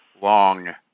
long